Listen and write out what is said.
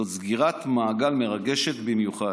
זאת סגירת מעגל מרגשת במיוחד.